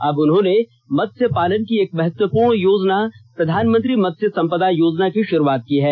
अब उन्होंने मत्स्य पालन की एक महत्वपूर्ण योजना प्रधानमंत्री मत्स्य संपदा योजना की शुरुआत की है